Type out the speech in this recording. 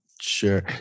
Sure